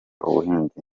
ubuhinzi